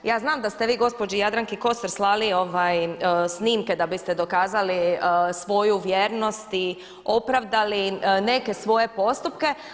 Ja znam da ste vi gospođi Jadranki Kosor slali snimke da biste dokazali svoju vjernost i opravdali neke svoje postupke.